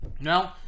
No